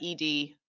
ED